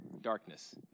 darkness